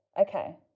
Okay